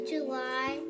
July